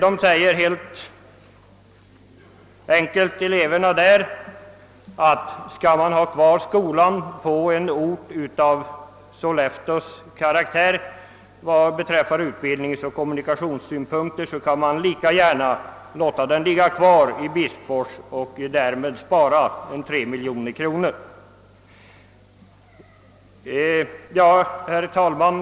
Eleverna uttalar att man, om man skall behålla skolan även i fortsättningen på en ort med samma karaktär som Sollefteå i utbildningsoch kommunikationshänseende, lika väl kan låta den ligga kvar i Bispfors, varigenom man också spar 3 miljoner kronor. Herr talman!